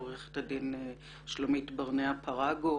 עורכת הדין שלומית ברנע פרגו,